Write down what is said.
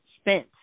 spent